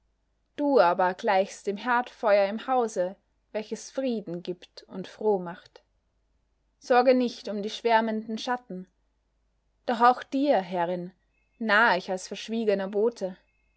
du aber gleichst dem herdfeuer im hause welches frieden gibt und froh macht sorge nicht um die schwärmenden schatten doch auch dir herrin nahe ich als verschwiegener bote